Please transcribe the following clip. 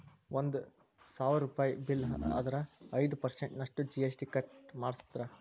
ಒಂದ್ ಸಾವ್ರುಪಯಿ ಬಿಲ್ಲ್ ಆದ್ರ ಐದ್ ಪರ್ಸನ್ಟ್ ನಷ್ಟು ಜಿ.ಎಸ್.ಟಿ ಕಟ್ ಮಾದ್ರ್ಸ್